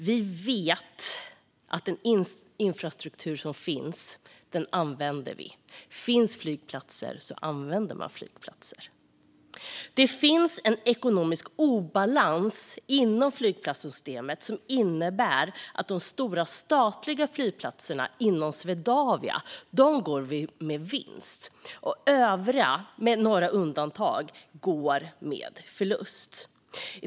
Vi vet att den infrastruktur som finns använder man. Om det finns flygplatser använder man flygplatser. Det finns också en ekonomisk obalans inom flygplatssystemet som innebär att de stora statliga flygplatserna inom Swedavia går med vinst och övriga, med några undantag, med förlust.